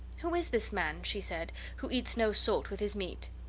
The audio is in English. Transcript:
who is this man, she said, who eats no salt with his meat?